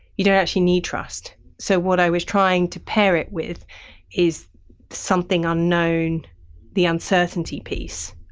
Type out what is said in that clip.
you don't actually need trust. so what i was trying to pair it with is something unknown the uncertainty piece.